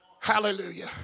hallelujah